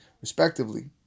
respectively